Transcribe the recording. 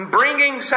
bringing